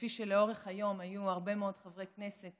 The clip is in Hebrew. שכפי שלאורך היום היו הרבה מאוד חברי כנסת